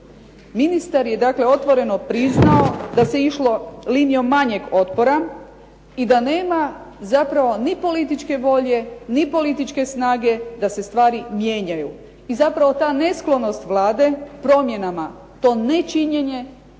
Ministar je dakle otvoreno priznao da se išlo linijom manjeg otpora i da nema zapravo ni političke volje, ni političke snage da se stvari mijenjaju. I zapravo ta nesklonost Vlade promjenama, to nečinjenje,